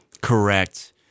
Correct